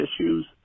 issues